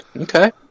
Okay